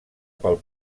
pel